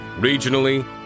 Regionally